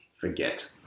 forget